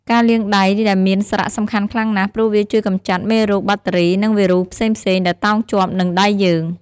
ការលាងដៃមានសារៈសំខាន់ខ្លាំងណាស់ ព្រោះវាជួយកម្ចាត់ មេរោគ បាក់តេរី និងវីរុសផ្សេងៗ ដែលតោងជាប់នឹងដៃយើង។